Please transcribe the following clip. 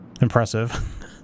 impressive